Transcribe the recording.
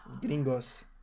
Gringos